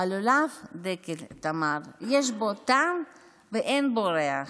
הלולב דקל, תמר, יש בו טעם ואין בו ריח,